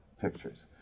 pictures